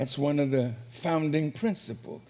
that's one of the founding princip